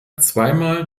zweimal